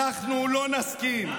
אנחנו לא נסכים.